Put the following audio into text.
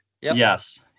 Yes